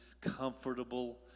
comfortable